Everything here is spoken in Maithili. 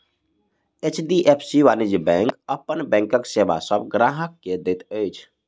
एच.डी.एफ.सी वाणिज्य बैंक अपन बैंकक सेवा सभ ग्राहक के दैत अछि